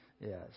Yes